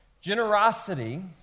generosity